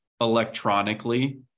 electronically